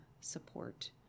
support